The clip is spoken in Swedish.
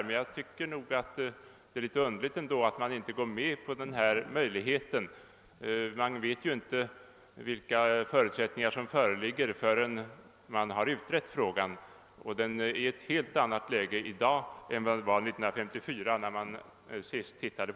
Men jag tycker i alla fall att det är litet underligt att man inte tillvaratar denna möjlighet att få frågan utredd. Man vet ju inte vilka förutsättningar som föreligger förrän man har utrett frågan, och den är i ett helt annat läge i dag än år 1954 när man senast undersökte den.